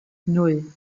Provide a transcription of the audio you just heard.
nan